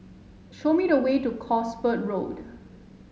show me the way to Cosford Road